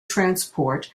transport